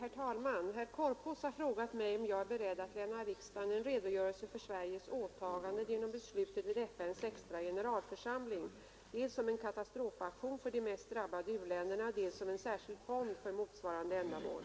Herr talman! Herr Korpås har frågat mig om jag är beredd att lämna riksdagen en redogörelse för Sveriges åtaganden genom beslutet vid FN:s extra generalförsamling dels om en katastrofaktion för de mest drabbade u-länderna, dels om en särskild fond för motsvarande ändamål.